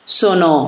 sono